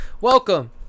Welcome